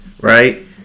right